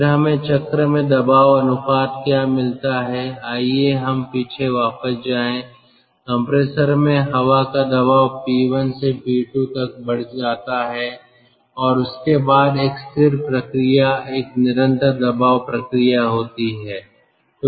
फिर हमें चक्र में दबाव अनुपात क्या मिलता है आइए हम पीछे वापस जाएं कंप्रेसर में हवा का दबाव P1 से P2 तक बढ़ जाता है उसके बाद एक स्थिर प्रक्रिया एक निरंतर दबाव प्रक्रिया होती है